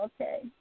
Okay